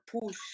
push